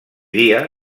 dia